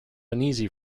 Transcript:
uneasy